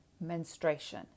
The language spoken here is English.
menstruation